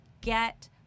get